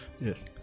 Yes